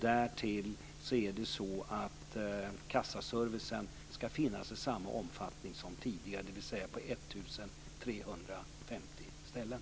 Därtill är det så att kassaservicen ska finnas i samma omfattning som tidigare, dvs. på 1 350 ställen.